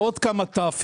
תלונות ועוד כמה ת'.